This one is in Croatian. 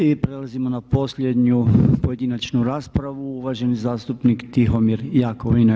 I prelazimo na posljednju pojedinačnu raspravu uvaženi zastupnik Tihomir Jakovina.